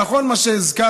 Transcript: נכון מה שהזכרתי,